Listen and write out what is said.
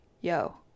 yo